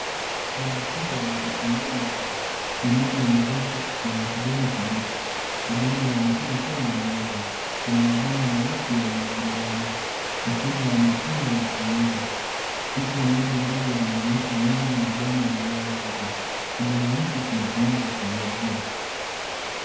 Shamba kubwa la vitunguu maji. Mimea ni mirefu na ya kijani kibichi. Udongo unaonekana kuwa na unyevu. Kuna mabomba meusi ya umwagiliaji. Mfumo wa matone unatumika. Picha mbili ndogo zinaonyesha nyanya na boma linalokucha. Kilimo hiki kinatumia teknolojia.